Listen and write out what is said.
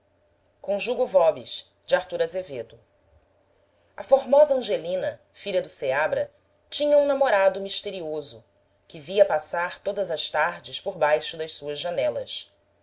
o diabo as arma a formosa angelina filha do seabra tinha um namorado misterioso que via passar todas as tardes por baixo das suas janelas